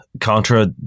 Contra